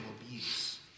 abuse